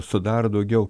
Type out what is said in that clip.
sudaro daugiau